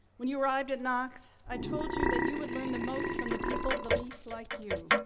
when you arrived at knox, i told you that you would learn the most from the people the least like you.